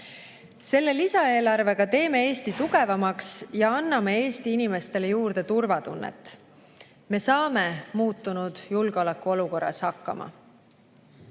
Selle lisaeelarvega teeme Eesti tugevamaks ja anname Eesti inimestele juurde turvatunnet. Me saame muutunud julgeolekuolukorras hakkama. Sõjaaja